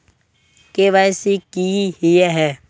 KYC की हिये है?